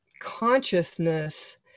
consciousness